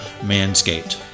Manscaped